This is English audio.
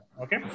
Okay